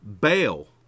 bail